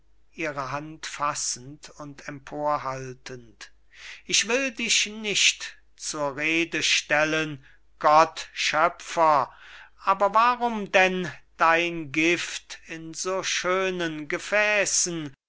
ich will dich nicht zur rede stellen gott schöpfer aber warum denn dein gift in so schönen gefäßen